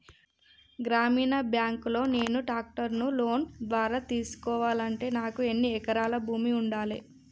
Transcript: గ్రామీణ బ్యాంక్ లో నేను ట్రాక్టర్ను లోన్ ద్వారా తీసుకోవాలంటే నాకు ఎన్ని ఎకరాల భూమి ఉండాలే?